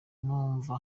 numva